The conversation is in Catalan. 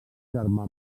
germà